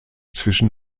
zwischen